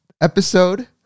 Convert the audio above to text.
episode